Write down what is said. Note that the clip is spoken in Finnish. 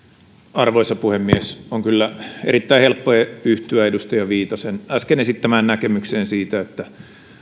arvoisa puhemies on kyllä erittäin helppo yhtyä edustaja viitasen äsken esittämään näkemykseen siitä että